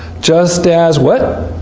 just as. what?